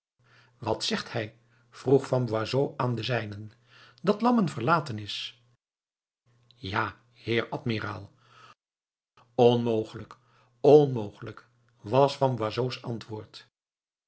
wat zegt hij vroeg van boisot aan de zijnen dat lammen verlaten is ja heer admiraal onmogelijk onmogelijk was van boisot's antwoord